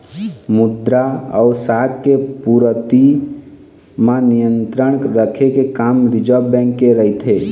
मद्रा अउ शाख के पूरति म नियंत्रन रखे के काम रिर्जव बेंक के रहिथे